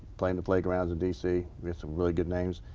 play on the playgrounds in d c. we had some really good names.